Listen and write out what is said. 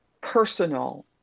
personal